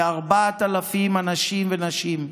כ-4,000 אנשים ונשים,